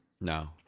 No